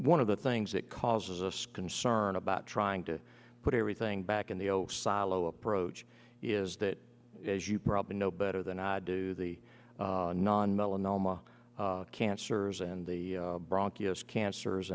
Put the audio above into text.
one of the things that causes us concern about trying to put everything back in the old silo approach is that as you probably know better than i do the non melanoma cancers and the bronc yes cancers